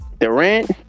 Durant